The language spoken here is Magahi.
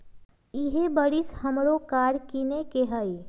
इहे बरिस हमरो कार किनए के हइ